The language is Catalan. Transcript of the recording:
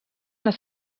les